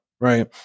Right